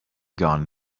gone